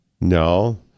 No